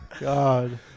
God